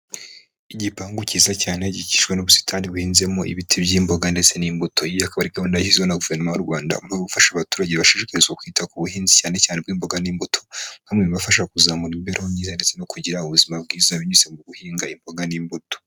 Igipangu cyiza cyane gikikijwe n'ubusitani buhinzemo ibiti by'imboga ndetse n'imbuto. Iyi akaba ari gahunda yashyizweho na guverinoma y'u Rwanda mu rwego rwo gufasha abaturage bashishikarizwa kwita ku buhinzi cyane cyane ubw'imboga n'imbuto. Nka bimwe mu bibafasha kuzamura imibereho myiza ndetse no kugira ubuzima bwiza binyuze mu guhinga imboga n'imbuto.